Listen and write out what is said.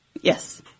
Yes